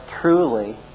truly